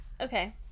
Okay